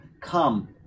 come